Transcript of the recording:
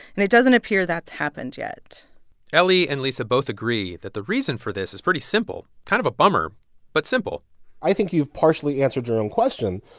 and it doesn't appear that's happened yet elie and lisa both agree that the reason for this is pretty simple kind of a bummer but simple i think you've partially answered your own question.